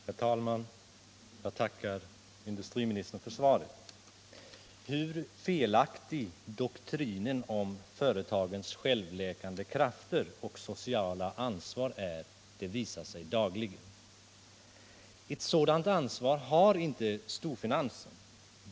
Herr talman! Jag tackar industriministern för svaret. Hur felaktig doktrinen om företagens självläkande krafter och sociala ansvar är visar sig dagligen. Ett sådant ansvar har inte storfinansen.